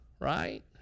right